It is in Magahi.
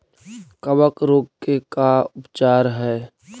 कबक रोग के का उपचार है?